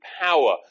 power